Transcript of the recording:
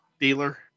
dealer